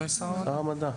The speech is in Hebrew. אולי שר המדע.